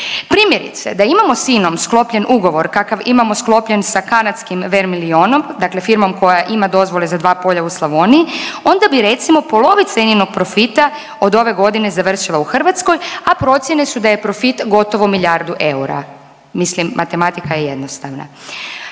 Primjerice, da imamo s Inom sklopljen ugovor kakav imamo sklopljen s kanadskim Vermilionom dakle firmom koja ima dozvole za dva polja u Slavoniji onda bi recimo polovica Ininog profita od ove godine završila u Hrvatskoj, a procjene su da je profit gotovo milijardu eura. Mislim matematika je jednostavna.